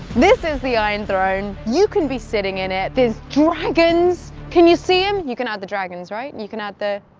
this is the iron throne. you can be sitting in it. there's dragons! can you see em? you can add the dragons, right? and you can add the.